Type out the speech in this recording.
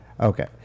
Okay